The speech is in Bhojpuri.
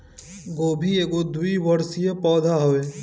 गोभी एगो द्विवर्षी पौधा हवे